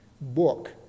book